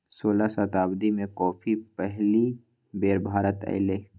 सोलह शताब्दी में कॉफी पहिल बेर भारत आलय